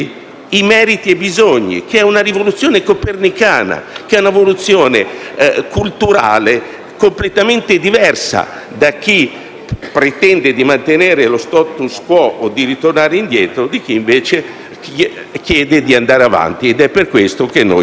i meriti e i bisogni, il che è una rivoluzione copernicana, una evoluzione culturale completamente diversa dall'idea di chi pretende di mantenere lo *status quo* o di ritornare indietro dato che riguarda chi, invece, chiede di andare avanti. Ed è per questo che noi